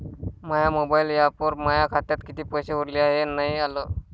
माया mobile ॲपवर माया खात्यात किती पैसे उरले हाय हे नाही आलं